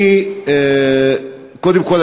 קודם כול,